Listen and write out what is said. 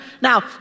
Now